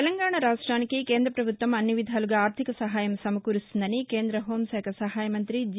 తెలంగాణ రాష్ట్వినికి కేంద్ర ప్రభుత్వం అన్ని విధాలుగా ఆర్దిక సహాయం సమకూరుస్తుందని కేంద్ర హోంశాఖ సహాయ మంతి జి